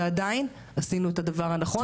ועדיין עשינו את הדבר הנכון,